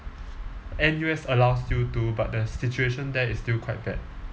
N_U_S allows you to but the situation there is still quite bad